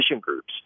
groups